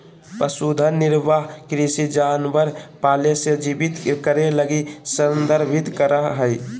पशुधन निर्वाह कृषि जानवर पाले से जीवित करे लगी संदर्भित करा हइ